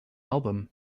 album